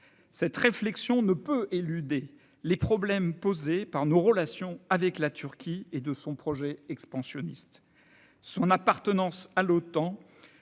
Cette réflexion ne peut éluder les problèmes posés par nos relations avec la Turquie et ceux de son projet expansionniste. Son appartenance à l'Otan